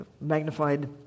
magnified